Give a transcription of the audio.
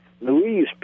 Louise